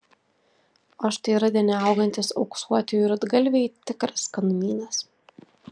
o štai rudenį augantys auksuotieji rudgalviai tikras skanumynas